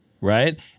right